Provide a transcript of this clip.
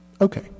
okay